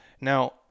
Now